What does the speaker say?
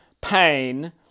pain